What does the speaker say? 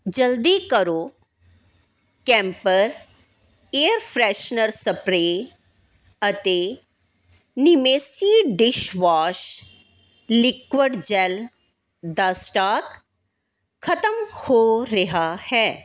ਜਲਦੀ ਕਰੋ camper air freshener spray ਅਤੇ ਨਿਮੇਸੀ ਡਿਸ਼ਵਾਸ਼ ਲਿਕੁਇਡ ਜੈੱਲ ਦਾ ਸਟਾਕ ਖਤਮ ਹੋ ਰਿਹਾ ਹੈ